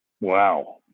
Wow